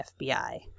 FBI